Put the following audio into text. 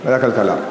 ועדת הכלכלה?